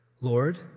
Lord